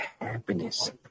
happiness